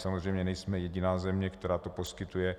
Samozřejmě navíc nejsme jediná země, která to poskytuje.